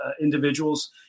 individuals